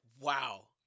Wow